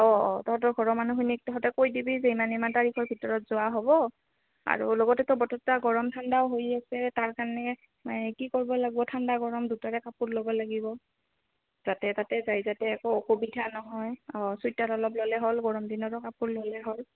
অঁ অঁ তহঁতৰ ঘৰৰ মানুহখিনিক তহঁতে কৈ দিবি যে ইমান ইমান তাৰিখৰ ভিতৰত যোৱা হ'ব আৰু লগতেতো বতৰটো গৰম ঠাণ্ডাও হৈ আছে তাৰ কাৰণে মে কি কৰিব লাগিব ঠাণ্ডা গৰম দুটাৰে কাপোৰ ল'ব লাগিব যাতে তাতে যায় যাতে একো অসুবিধা নহয় অঁ চুৱেটাৰ অলপ ল'লে হ'ল গৰম দিনৰো কাপোৰ ল'লে হ'ল